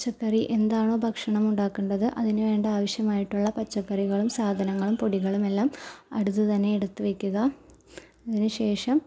പച്ചക്കറി എന്താണോ ഭക്ഷണം ഉണ്ടാക്കേണ്ടത് അതിന് വേണ്ട ആവശ്യമായിട്ടുള്ള പച്ചക്കറികളും സാധനങ്ങളും പൊടികളുമെല്ലാം അടുത്ത് തന്നെ എടുത്ത് വയ്ക്കുക അതിനു ശേഷം